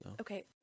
Okay